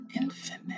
infinite